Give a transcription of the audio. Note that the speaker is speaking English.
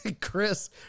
Chris